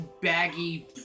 baggy